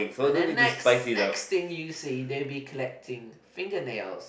and then next next things you see they will be collecting fingernails